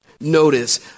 Notice